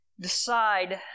decide